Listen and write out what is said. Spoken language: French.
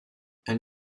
elle